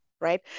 right